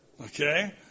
Okay